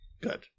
Good